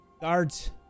Guards